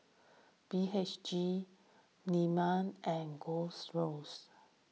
B H G Milan and Gold Roast